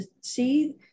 see